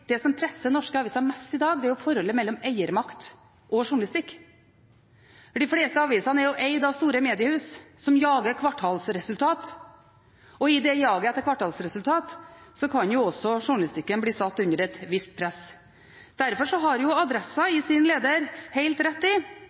fleste avisene er eid av store mediehus, som jager kvartalsresultat. Og i det jaget etter kvartalsresultat kan også journalistikken bli satt under et visst press. Derfor har Adresseavisen i sin leder helt rett i